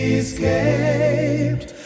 escaped